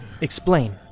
Explain